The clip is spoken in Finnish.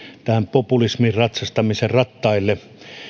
populismin ratsastamisen rattaille